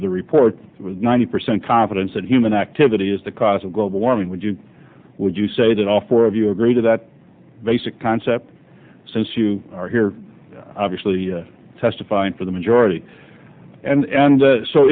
of the report with ninety percent confidence that human activity is the cause of global warming would you would you say that all four of you agree to that basic concept since you are here obviously testifying for the majority and